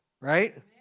right